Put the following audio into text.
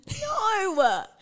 No